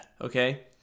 Okay